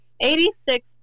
Eighty-six